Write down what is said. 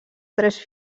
tres